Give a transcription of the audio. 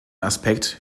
aspekt